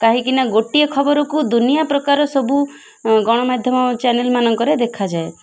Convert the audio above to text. କାହିଁକିନା ଗୋଟିଏ ଖବରକୁ ଦୁନିଆଁ ପ୍ରକାର ସବୁ ଗଣମାଧ୍ୟମ ଚ୍ୟାନେଲ୍ ମାନଙ୍କରେ ଦେଖାଯାଏ